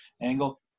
angle